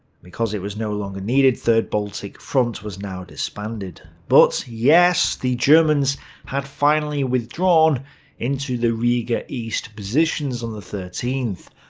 because it was no longer needed, third baltic front was now disbanded. but yes, the germans had finally withdrawn into the riga-east positions on the thirteenth.